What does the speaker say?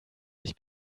sich